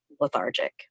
lethargic